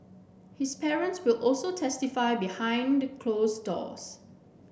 his parents will also testify behind closed doors